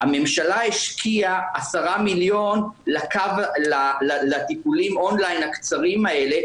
הממשלה השקיעה 10 מיליון לטיפולי און-ליין הקצרים האלה,